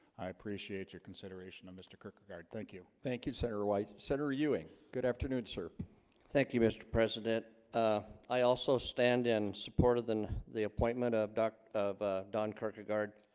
i appreciate your consideration of mr. kirk regard. thank you thank you senator white senator ewing good afternoon sir thank you mr. president ah i also stand in support of than the appointment ah of duck of ah don kirkegaard